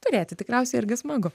turėti tikriausiai irgi smagu